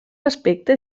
aspecte